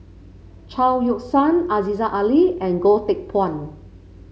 Chao Yoke San Aziza Ali and Goh Teck Phuan